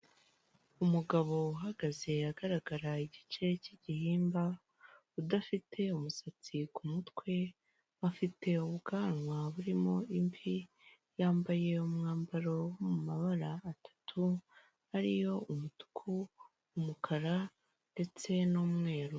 Umugabo uhagaze agaragara igice cy'igihimba, udafite umusatsi ku mutwe afite ubwanwa burimo imvi, yambaye umwambaro mu mabara atatu ariyo umutuku, umukara ndetse n'umweru.